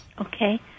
Okay